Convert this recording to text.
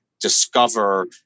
discover